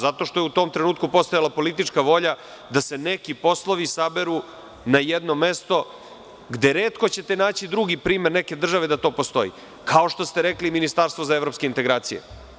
Zato što je u tom trenutku postojala politička volja da se neki poslovi saberu na jedno mesto, gde ćete retko naći primer neke države da to postoji, kao što ste i rekli, Ministarstvo za evropske integracije.